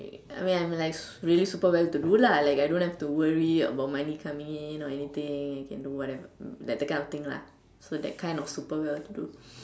I mean I'm like really super well to do lah like I don't have to worry about money coming in or anything I can do whatever like that kind of thing lah so that kind of super well to do